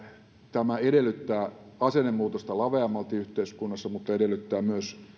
tämä edellyttää asennemuutosta laveammalti yhteiskunnassa mutta edellyttää